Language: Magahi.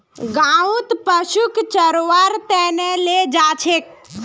गाँउत पशुक चरव्वार त न ले जा छेक